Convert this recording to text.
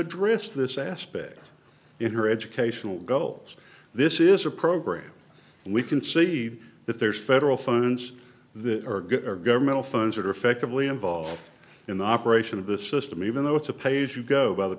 addressed this aspect in her educational goals this is a program we concede that there's federal funds that are good or governmental phones are effectively involved in the operation of the system even though it's a page you go by the